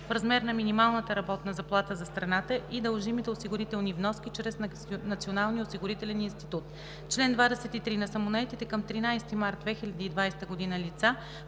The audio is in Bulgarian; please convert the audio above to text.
в размер на минималната работна заплата за страната и дължимите осигурителни вноски чрез Националния осигурителен институт. Чл. 23. На самонаетите към 13 март 2020 г. лица,